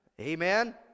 Amen